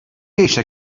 eisiau